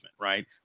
right